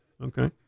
Okay